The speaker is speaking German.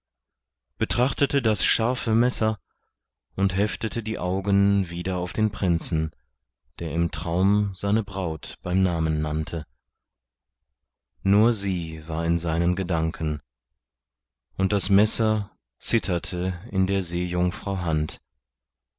betrachtete das scharfe messer und heftete die augen wieder auf den prinzen der im traum seine braut beim namen nannte nur sie war in seinen gedanken und das messer zitterte in der seejungfrau hand